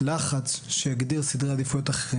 לחץ שיגדיר סדרי עדיפויות אחר,